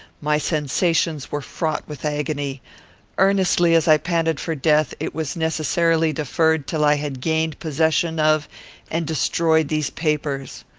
my sensations were fraught with agony earnestly as i panted for death, it was necessarily deferred till i had gained possession of and destroyed these papers.